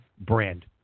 brand